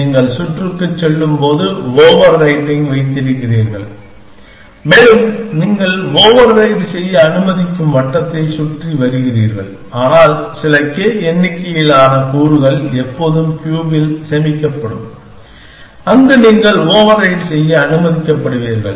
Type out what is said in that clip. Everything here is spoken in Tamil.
நீங்கள் சுற்றுக்குச் செல்லும்போது ஓவர்ரைட்டிங் வைத்திருக்கிறீர்கள் மேலும் நீங்கள் ஓவர்ரைட் செய்ய அனுமதிக்கும் வட்டத்தை சுற்றி வருகிறீர்கள் ஆனால் சில K எண்ணிக்கையிலான கூறுகள் எப்போதும் கியூபில் சேமிக்கப்படும் அங்கு நீங்கள் ஓவர்ரைட் செய்ய அனுமதிக்கப்படுவீர்கள்